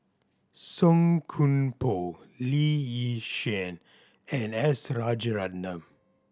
Song Koon Poh Lee Yi Shyan and S Rajaratnam